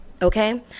Okay